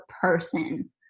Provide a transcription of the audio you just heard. person